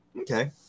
Okay